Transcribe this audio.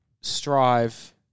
Strive